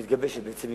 המתגבשת, בעצם.